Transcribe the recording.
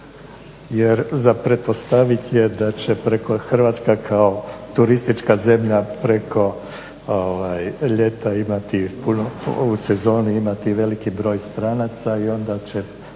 Jer za pretpostavit je da će Hrvatska kao turistička zemlja preko ljeta imati, u sezoni imati veliki broj stranaca i onda će